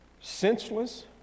Senseless